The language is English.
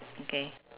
okay